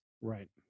Right